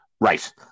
Right